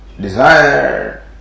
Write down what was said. desire